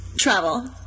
Travel